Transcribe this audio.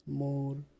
more